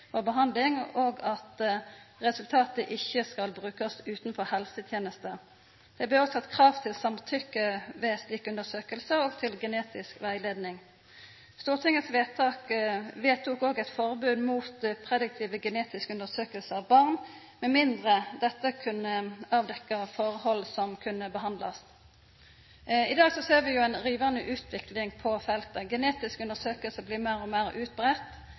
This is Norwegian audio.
og behandling, og at resultatet ikkje skal brukast utanfor helsetenesta. Det blei òg sett krav til samtykke ved slike undersøkingar og til genetisk rettleiing. Stortinget vedtok òg eit forbod mot prediktive genetiske undersøkingar av barn, med mindre dette kunne avdekkja forhold som kunne behandlast. I dag ser vi ei rivande utvikling på feltet. Genetiske undersøkingar blir meir og meir